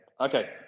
okay